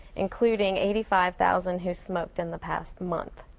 including eighty five thousand who smoked in the past month.